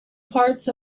parts